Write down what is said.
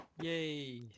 Yay